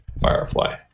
firefly